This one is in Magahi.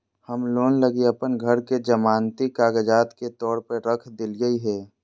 हम लोन लगी अप्पन घर के जमानती कागजात के तौर पर रख देलिओ हें